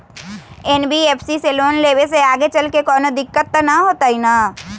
NBFC से loan लेबे से आगेचलके कौनो दिक्कत त न होतई न?